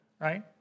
Right